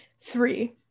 Three